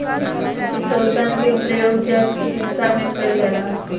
chitosan के प्रयोग जैव चिकित्सा में कईल जाला